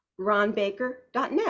ronbaker.net